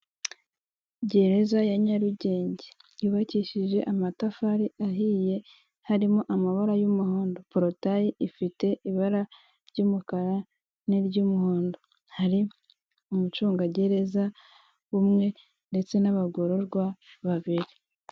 Gereza ya Nyarugenge yubakishije amatafari ahiye harimo amabara y'umuhondo porotayi ifite ibara ry'umukara n'iry'umuhondo. Hari umucungagereza umwe ndetse n'abagororwa babiri.